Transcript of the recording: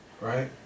right